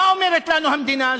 מה אומרת לנו המדינה?